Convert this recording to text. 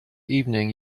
evening